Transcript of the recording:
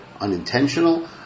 unintentional